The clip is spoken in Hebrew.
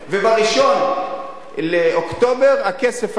ב-1 באוקטובר הכסף הזה,